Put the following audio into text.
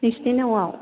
नोंसोरनि न'आव